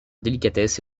délicatesse